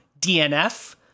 DNF